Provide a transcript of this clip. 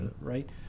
right